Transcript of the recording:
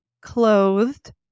clothed